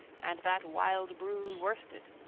and that wild brood worsted.